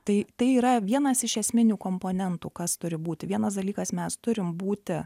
tai tai yra vienas iš esminių komponentų kas turi būti vienas dalykas mes turim būti